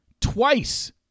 Twice